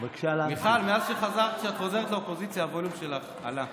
מיכל, מאז שאת חזרת לאופוזיציה הווליום שלך עלה.